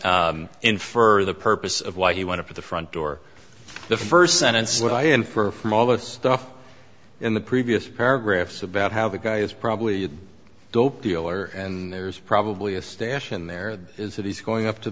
infer the purpose of why he went to the front door the first sentence what i infer from all this stuff in the previous paragraphs about how the guy is probably a dope dealer and there's probably a stash in there is that he's going up to